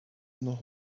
noch